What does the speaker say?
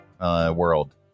world